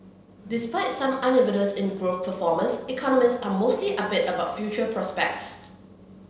despite some unevenness in growth performance economists are mostly upbeat about future prospects